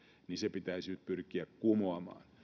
pitäisi nyt pyrkiä kumoamaan